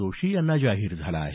जोशी यांना जाहीर झाला आहे